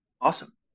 Awesome